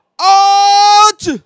out